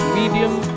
medium